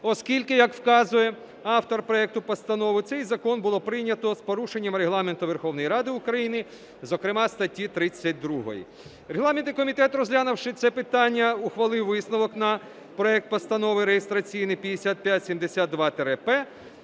оскільки, як вказує автор проекту постанови, цей закон було прийнято з порушенням Регламенту Верховної Ради України, зокрема статті 32. Регламентний комітет, розглянувши це питання, ухвалив висновок на проект Постанови (реєстраційний 5572-П)